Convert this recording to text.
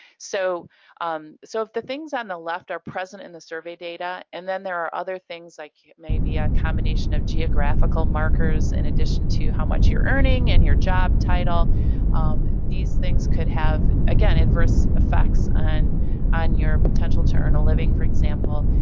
so um so if the things on the left are present in the survey data, and then there are other things like maybe a combination of geographical markers in addition to how much you're earning and your job title these things could have adverse effects on on your potential to earn a living, for example.